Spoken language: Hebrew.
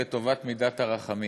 לטובת מידת הרחמים,